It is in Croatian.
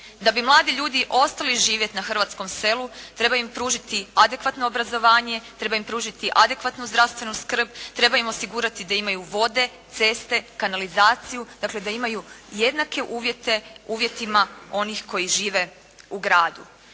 Da bi mladi ljudi ostali živjeti na hrvatskom selu treba im pružiti adekvatno obrazovanje, treba im pružiti adekvatnu zdravstvenu skrb, treba im osigurati da imaju vode, ceste, kanalizaciju, dakle da imaju jednake uvjete uvjetima onih koji žive u gradu